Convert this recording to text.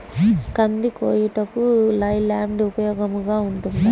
కంది కోయుటకు లై ల్యాండ్ ఉపయోగముగా ఉంటుందా?